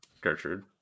Gertrude